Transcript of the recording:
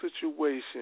situation